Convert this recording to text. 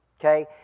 okay